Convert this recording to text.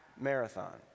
marathon